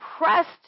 pressed